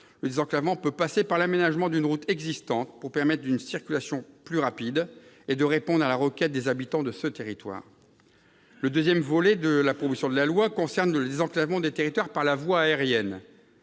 Le désenclavement peut passer par l'aménagement d'une route existante afin de permettre une circulation plus rapide et de répondre à la demande des habitants du territoire concerné. Le deuxième volet de la proposition de loi concerne le désenclavement des territoires par la voie aérienne.